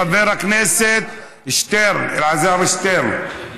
חבר הכנסת אלעזר שטרן,